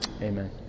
Amen